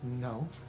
No